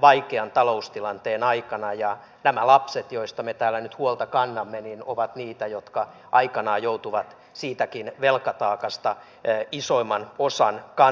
vaikean taloustilanteen aikana ja nämä lapset joista me täällä nyt huolta kannamme ovat niitä jotka aikanaan joutuvat siitäkin velkataakasta isoimman osan kantamaan